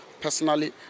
personally